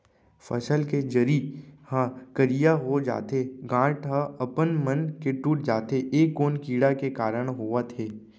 फसल के जरी ह करिया हो जाथे, गांठ ह अपनमन के टूट जाथे ए कोन कीड़ा के कारण होवत हे?